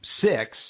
six